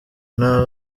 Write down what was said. nta